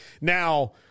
Now